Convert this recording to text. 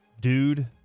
dude